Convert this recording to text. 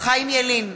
חיים ילין,